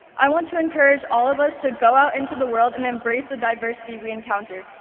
i want to encourage all of us to go out into the world and embrace the diversity we encounter,